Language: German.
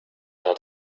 hat